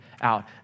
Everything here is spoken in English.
out